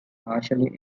partially